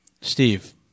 Steve